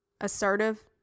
assertive